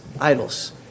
idols